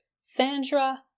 Sandra